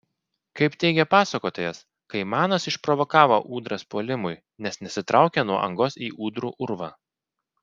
kaip teigia pasakotojas kaimanas išprovokavo ūdras puolimui nes nesitraukė nuo angos į ūdrų urvą